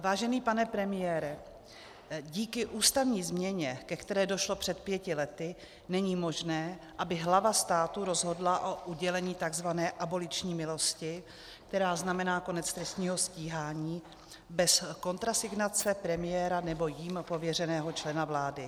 Vážený pane premiére, díky ústavní změně, ke které došlo před pěti lety, není možné, aby hlava státu rozhodla o udělení takzvané aboliční milosti, která znamená konec trestního stíhání, bez kontrasignace premiéra nebo jím pověřeného člena vlády.